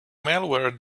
malware